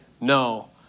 No